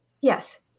Yes